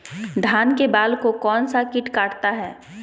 धान के बाल को कौन सा किट काटता है?